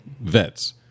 vets